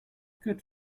good